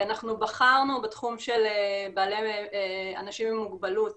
אנחנו בחרנו בתחום של אנשים עם מוגבלות